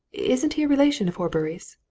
isn't he a relation of horbury's?